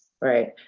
Right